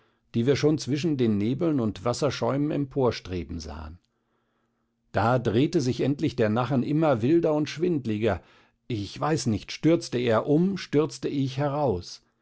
die wir schon zwischen den nebeln und wasserschäumen emporstreben sahen da drehte sich endlich der nachen immer wilder und schwindliger ich weiß nicht stürzte er um stürzte ich heraus